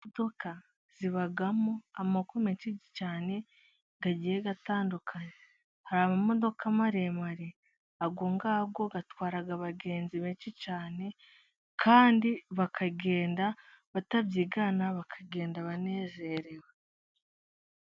Imodoka zibamo amoko menshi cyane, agiye atandukanye, hari amamodoka maremare, ayo ngayo atwara abagenzi benshi cyane, kandi bakagenda batabyigana, bakagenda banezerewe.